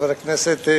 חבר הכנסת,